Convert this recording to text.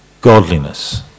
Godliness